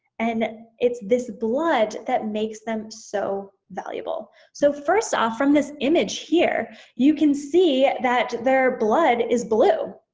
and it's this blood that makes them so valuable. so first off from this image here you can see that their blood is blue.